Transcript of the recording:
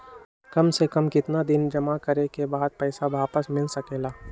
काम से कम केतना दिन जमा करें बे बाद पैसा वापस मिल सकेला?